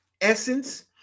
essence